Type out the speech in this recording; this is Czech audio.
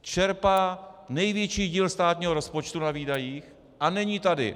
Čerpá největší díl státního rozpočtu na výdajích a není tady.